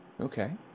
Okay